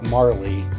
Marley